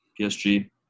PSG